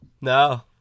No